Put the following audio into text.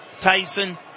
Tyson